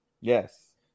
Yes